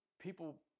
people